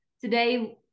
today